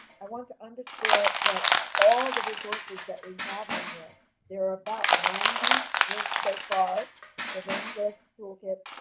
i want to underscore that all the resources that we have on here there are about ninety links so far within this toolkit.